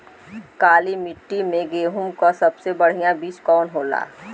काली मिट्टी में गेहूँक सबसे बढ़िया बीज कवन होला?